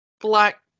black